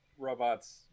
Robots